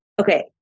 Okay